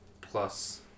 plus